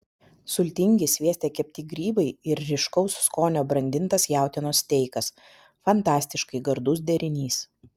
sultingi svieste kepti grybai ir ryškaus skonio brandintas jautienos steikas fantastiškai gardus derinys